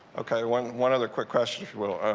okay. one one other quick question, if you will.